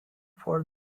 for